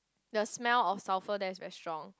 the smell of sulphur there is very strong